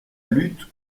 lutte